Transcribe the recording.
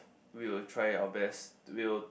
we will try out our best we will